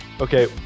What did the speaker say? okay